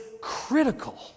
critical